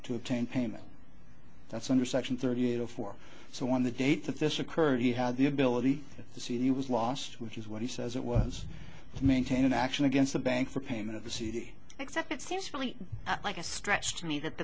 to obtain payment that's under section thirty eight of four so when the date that this occurred he had the ability to see he was lost which is what he says it was to maintain an action against the bank for payment of the cd except it seems really like a stretch to me that the